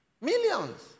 Millions